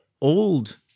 old